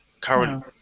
current